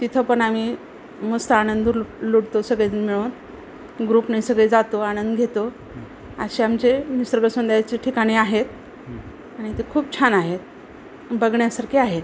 तिथंपण आम्ही मस्त आनंद लु लुटतो सगळे मिळून ग्रुप नाही सगळे जातो आनंद घेतो असे आमचे निसर्ग सौंदर्याचे ठिकाणं आहेत आणि ते खूप छान आहेत बघण्यासारखे आहेत